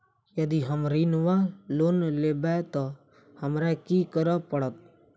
यदि हम ऋण वा लोन लेबै तऽ हमरा की करऽ पड़त?